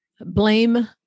blame